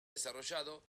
desarrollado